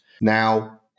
Now